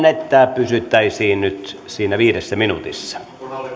että pysyttäisiin nyt siinä viidessä minuutissa